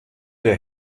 der